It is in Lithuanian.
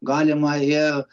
galima ir